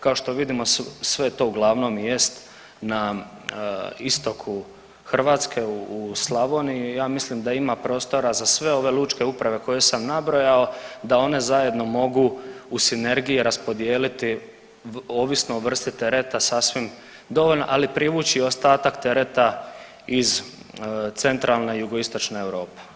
Kao što vidimo, sve to uglavnom i jest na istoku Hrvatske u Slavoniji, ja mislim da ima prostora za sve ove lučke uprave koje sam nabrojao da one zajedno mogu u sinergiji raspodijeliti ovisno o vrsti tereta sasvim dovoljno, ali privući i ostatak tereta iz centralne i jugoistočne Europe.